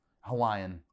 Hawaiian